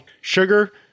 sugar